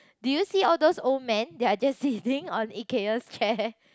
do you see all those old man they are just sitting on Ikea's chair